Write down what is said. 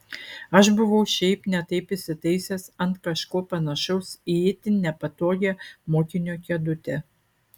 aš buvau šiaip ne taip įsitaisęs ant kažko panašaus į itin nepatogią mokinio kėdutę